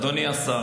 השר,